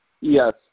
Yes